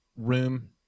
room